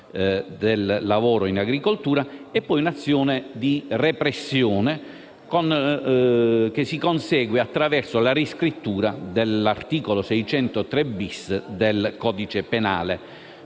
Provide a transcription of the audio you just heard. del lavoro in agricoltura e sull'azione di repressione che si consegue attraverso la riscrittura dell'articolo 603-*bis* del codice penale,